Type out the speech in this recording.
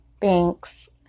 Thanks